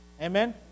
Amen